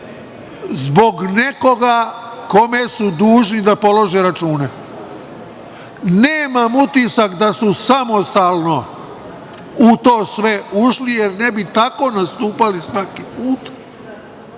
zbog nekoga kome su dužni da polažu račune. Nemam utisak da su samostalno u to sve ušli, jer ne bi tako nastupali svaki put,